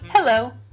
Hello